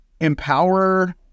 empower